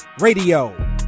radio